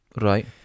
Right